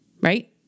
Right